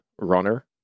runner